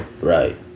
right